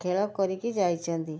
ଖେଳ କରିକି ଯାଇଛନ୍ତି